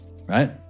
right